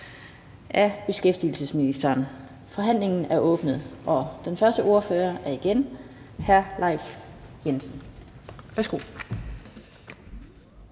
(Annette Lind): Forhandlingen er åbnet, og den første ordfører er igen hr. Leif Lahn Jensen.